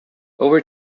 over